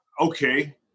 okay